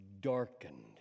darkened